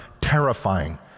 terrifying